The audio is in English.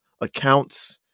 accounts